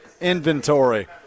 inventory